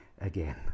again